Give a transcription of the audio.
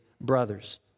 brothers